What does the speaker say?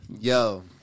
Yo